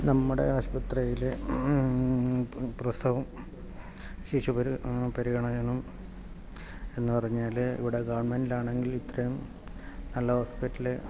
നമ്മുടെ ആസ്പത്രിയിൽ പ്രസവം ശിശുപരി പരിഗണനയും എന്നു പറഞ്ഞാൽ ഇവിടെ ഗവർണ്മെൻറ്റിലാണെങ്കിൽ ഇത്രയും നല്ല ഹോസ്പിറ്റൽ